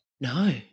No